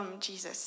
Jesus